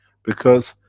because,